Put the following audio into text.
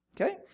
Okay